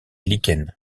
lichen